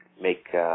make